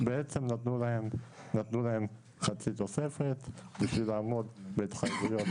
בעצם נתנו להם חצי תוספת בשביל לעמוד בהתחייבויות